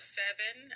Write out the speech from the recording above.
seven